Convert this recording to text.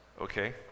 okay